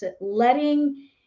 letting